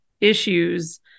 issues